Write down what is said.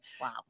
Wow